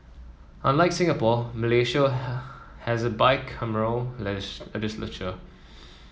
unlike Singapore Malaysia has a bicameral legislature